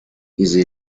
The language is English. easy